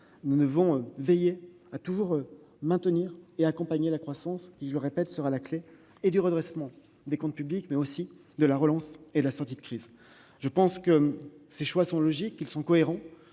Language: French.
Nous devons veiller à toujours maintenir et accompagner la croissance, qui sera, je le répète, la clé du redressement des comptes publics, mais aussi celle de la relance et de la sortie de crise. Je pense que ces choix sont logiques et cohérents.